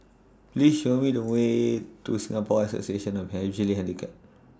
Please Show Me The Way to Singapore Association of The Visually Handicapped